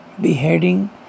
beheading